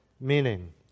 meaning